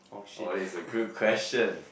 oh that's a good question